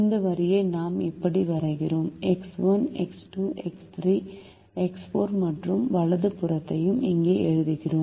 இந்த வரியை நாம் இப்படி வரைகிறோம் எக்ஸ் 1 எக்ஸ் 2 எக்ஸ் 3 எக்ஸ் 4 மற்றும் வலது புறத்தையும் இங்கே எழுதுகிறோம்